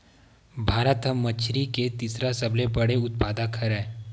भारत हा मछरी के तीसरा सबले बड़े उत्पादक हरे